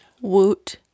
Woot